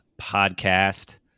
Podcast